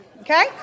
Okay